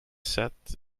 sept